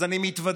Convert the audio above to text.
אז אני מתוודה: